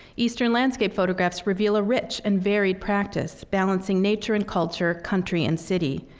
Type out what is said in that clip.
eastern landscape photographs reveal a rich and varied practice, balancing nature and culture, country and city.